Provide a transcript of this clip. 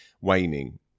waning